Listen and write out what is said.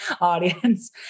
audience